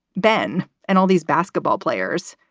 ben and all these basketball players,